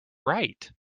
right